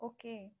Okay